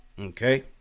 Okay